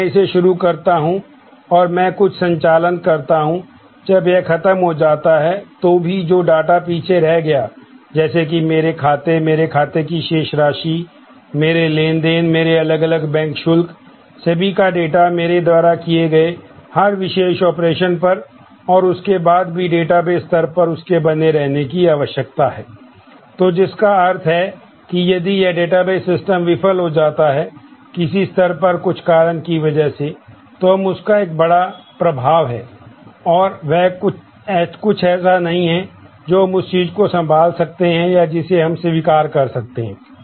यदि मैं इसे शुरू करता हूंऔर मैं कुछ संचालन करता हूं जब यह खत्म हो जाता है तो भी जो डाटा पीछे रह गया जैसे कि मेरे खाते मेरे खाते की शेष राशि मेरे लेनदेन मेरे अलग अलग बैंक शुल्क सभी का डेटा मेरे द्वारा किए गए हर विशेष ऑपरेशन पर और उसके बाद भी डेटाबेस सिस्टम विफल हो जाता है किसी स्तर पर कुछ कारण की वजह से तो हम उस का एक बड़ा प्रभाव है और वह कुछ ऐसा नहीं है जो हम उस चीज को संभाल सकते हैं या जिसे हम स्वीकार कर सकते हैं